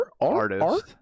artist